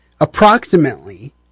Approximately